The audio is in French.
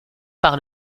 par